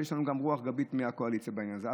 שיש לנו גם רוח גבית מהקואליציה בעניין זה.